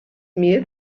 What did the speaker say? mehl